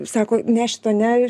sako ne šito ne